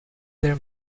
their